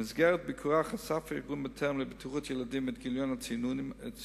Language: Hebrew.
במסגרת ביקורה חשף ארגון "בטרם" לבטיחות ילדים את גיליון הציונים